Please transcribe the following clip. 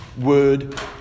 word